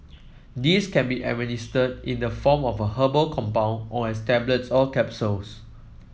these can be administered in the form of a herbal compound or as tablets or capsules